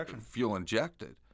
fuel-injected